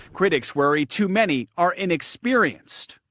critics worry too many are inexperienced.